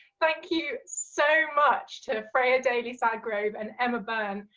thank you so much to freya daly sadgrove and emma byrne,